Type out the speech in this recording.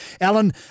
Alan